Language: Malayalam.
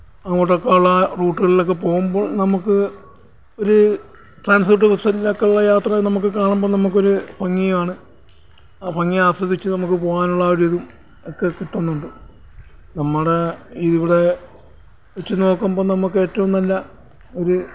അങ്ങോട്ട് ഒക്കെയുള്ള റൂട്ട്കളിലൊക്കെ പോകുമ്പം നമുക്ക് ഒരു ട്രാൻസ്പ്പോട്ട് ബസിലൊക്കെ ഉള്ള യാത്ര നമുക്ക് നമുക്ക് ഒരു ഭംഗിയാണ് ആ ഭംഗി ആസ്വദിച്ച് നമുക്ക് പോവാനുള്ള ഒരു ഇതും ഒക്കെ കിട്ടുന്നുണ്ട് നമ്മുടെ ഇവിടെ വച്ച് നോക്കുമ്പോൾ നമുക്ക് ഏറ്റവും നല്ല ഒരു